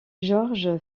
george